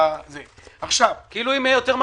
אני רוצה לחדד.